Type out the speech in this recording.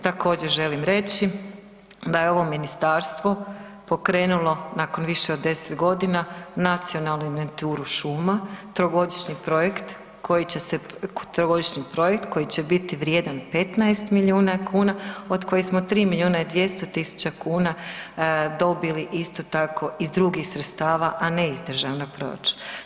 Također želim reći da je ovo ministarstvo pokrenulo nakon više od 10 godina nacionalnu inventuru šuma, trogodišnji projekt koji će se, trogodišnji projekt koji će biti vrijedan 15 milijuna kuna od kojih smo 3 miliona i 200 tisuća kuna dobili isto tako iz drugih sredstava, a ne iz državnog proračuna.